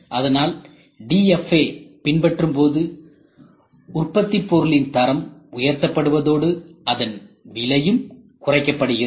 அதனால் DFA பின்பற்றும்போது உற்பத்திப்பொருளின் தரம் உயர்த்தபடுவதோடு அதன் விலையும் குறைக்கப்படுகிறது